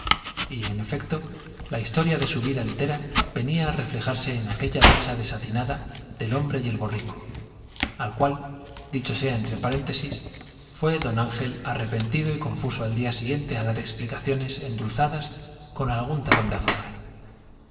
ángel y en efecto la historia de su vida entera venía á reflejarse en aquella lucha desatinada del hombre y del borrico al cual dicho sea entre paréntesis fué d ángel arre pentido y confuso al día siguiente á dar explicaciones endulzadas con algún terrón de azúcar